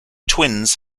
twins